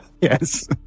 Yes